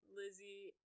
lizzie